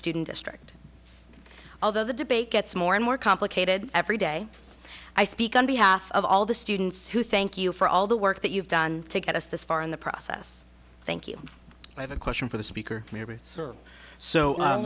student district although the debate gets more and more complicated every day i speak on behalf of all the students who thank you for all the work that you've done to get us this far in the process thank you i have a question for the speaker maybe sor